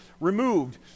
removed